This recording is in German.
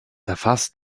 erfasst